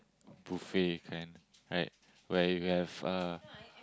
buffet kind right where you have uh